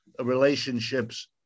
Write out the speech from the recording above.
relationships